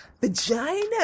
vagina